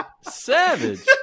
Savage